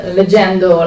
leggendo